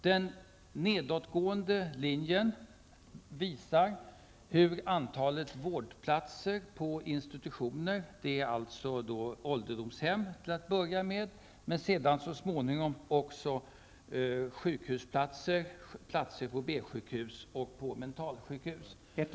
Den nedåtgående linjen visar antalet vårdplatser på institutioner, alltså ålderdomshem och så småningom sjukhusplatser, platser på B sjukhus och mentalsjukhus.